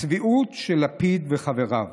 "הצביעות של לפיד וחבריו":